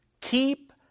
Keep